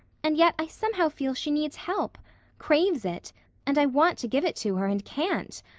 and yet i somehow feel she needs help craves it and i want to give it to her and can't.